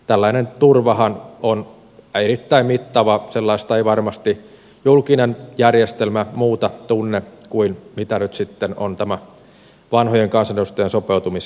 tällainen turvahan on erittäin mittava sellaista ei varmasti julkinen järjestelmä muuta tunne kuin mitä nyt on sitten tämä vanhojen kansanedustajien sopeutumiseläkejärjestelmä